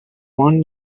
won